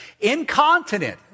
incontinent